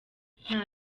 nta